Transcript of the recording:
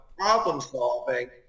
problem-solving